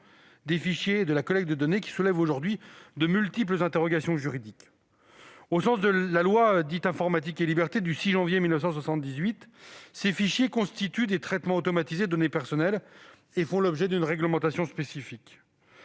des fichiers et de la collecte de données, qui soulève aujourd'hui de multiples interrogations juridiques. Au sens de la loi Informatique et libertés du 6 janvier 1978, ces fichiers constituent des traitements automatisés de données personnelles et font l'objet d'une réglementation spécifique.